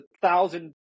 thousand